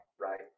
Right